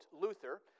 Luther